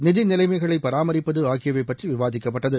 நிதிநிலைமைகளை பராமரிப்பது ஆகியவை பற்றி விவாதிக்கப்பட்டது